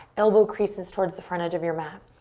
elbow creases towards the front edge of your mat.